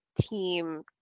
team